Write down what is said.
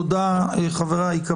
תודה, חבריי.